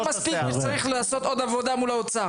יחד עם זאת אני מסכים שזה לא מספיק וצריך לעשות עוד עבודה מול האוצר.